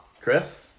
Chris